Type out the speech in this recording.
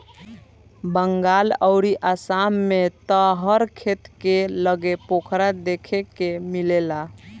बंगाल अउरी आसाम में त हर खेत के लगे पोखरा देखे के मिलेला